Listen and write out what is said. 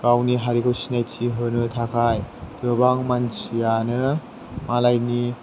गावनि हारिखौ सिनायथि होनो थाखाय गोबां मानसियानो मालायनि